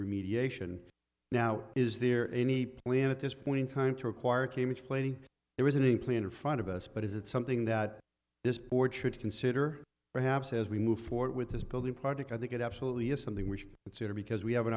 remediation now is there any plan at this point in time to require came explaining it was an implant in front of us but is it something that this board should consider perhaps as we move forward with this building project i think it absolutely is something we would sooner because we have an